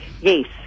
yes